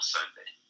Sunday